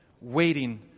waiting